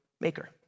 maker